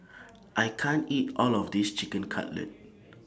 I can't eat All of This Chicken Cutlet